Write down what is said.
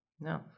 No